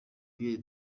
pierre